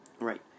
Right